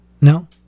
no